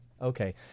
Okay